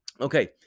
Okay